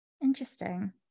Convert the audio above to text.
interesting